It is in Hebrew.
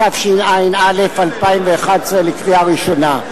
התשע"א 2011, לקריאה ראשונה.